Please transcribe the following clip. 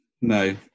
no